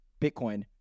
Bitcoin